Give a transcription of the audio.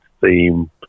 theme